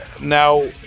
now